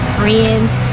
friends